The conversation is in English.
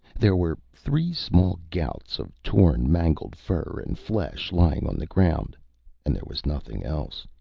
there were three small gouts of torn, mangled fur and flesh lying on the ground and there was nothing else.